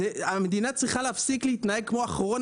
המדינה צריכה להפסיק להתנהג כמו אחרון